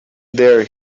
there